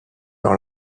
dans